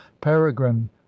Peregrine